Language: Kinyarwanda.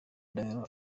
ndahiro